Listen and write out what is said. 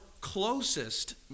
closest